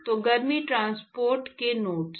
तो गर्मी ट्रांसपोर्ट के नोड्स